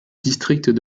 district